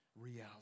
reality